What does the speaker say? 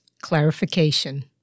clarification